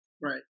right